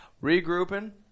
Regrouping